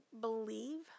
believe